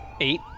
Eight